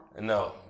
No